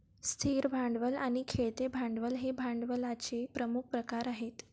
स्थिर भांडवल आणि खेळते भांडवल हे भांडवलाचे प्रमुख प्रकार आहेत